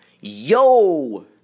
Yo